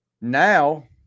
Now